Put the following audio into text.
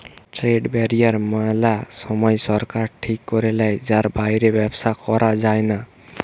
trade barrier মেলা সময় সরকার ঠিক করে লেয় যার বাইরে ব্যবসা করা যায়না